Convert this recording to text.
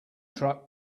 truck